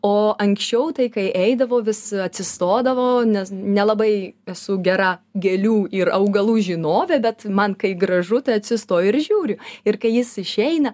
o anksčiau tai kai eidavo vis atsistodavo nes nelabai esu gera gėlių ir augalų žinovė bet man kai gražu ta atsistoju ir žiūriu ir kai jis išeina